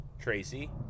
Tracy